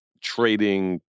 trading